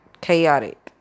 chaotic